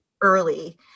early